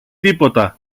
τίποτα